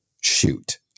shoot